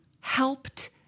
helped